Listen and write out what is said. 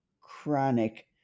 chronic